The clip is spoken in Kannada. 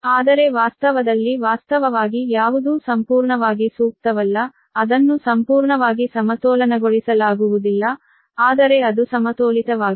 ಆದರೆ ವಾಸ್ತವದಲ್ಲಿ ವಾಸ್ತವವಾಗಿ ಯಾವುದೂ ಸಂಪೂರ್ಣವಾಗಿ ಸೂಕ್ತವಲ್ಲ ಅದನ್ನು ಸಂಪೂರ್ಣವಾಗಿ ಸಮತೋಲನಗೊಳಿಸಲಾಗುವುದಿಲ್ಲ ಆದರೆ ಅದು ಸಮತೋಲಿತವಾಗಿದೆ